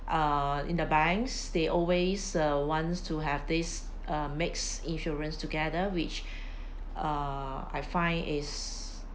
uh in the banks they always uh wants to have this uh mixed insurance together which err I find is